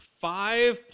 five